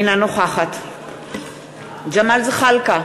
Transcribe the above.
אינה נוכחת ג'מאל זחאלקה,